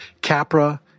CAPRA